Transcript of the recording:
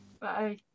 Bye